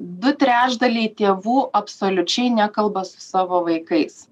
du trečdaliai tėvų absoliučiai nekalba su savo vaikais